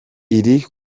iri